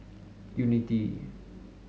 unity